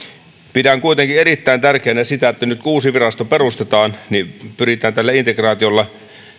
pidän kuitenkin erittäin tärkeänä sitä että nyt kun uusi virasto perustetaan niin pyritään tällä integraatiolla